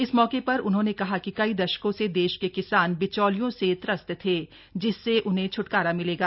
इस मौके पर उन्होंने कहा कि कई दशकों से देश के किसान बिचौलियों से त्रस्त थे जिससे उन्हें छूटकारा मिलेगा